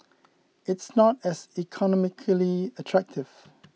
it's not as economically attractive